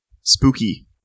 spooky